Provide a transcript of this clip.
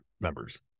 members